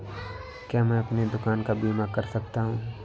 क्या मैं अपनी दुकान का बीमा कर सकता हूँ?